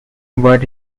were